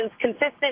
consistent